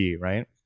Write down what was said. right